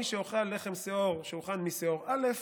מי שיאכל לחם שאור שהוכן משאור א',